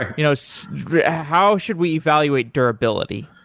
ah you know so how should we evaluate durability?